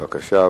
בבקשה,